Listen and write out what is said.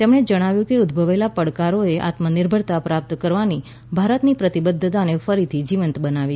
તેમણે જણાવ્યું કે ઉદભવેલા પડકારોએ આત્મનિર્ભરતા પ્રાપ્ત કરવાની ભારતની પ્રતિબદ્વતાને ફરીથી જીવંત બનાવી છે